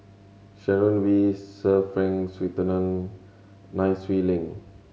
Sharon Wee Sir Frank Swettenham Nai Swee Leng